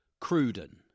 Cruden